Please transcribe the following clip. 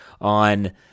on